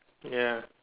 ya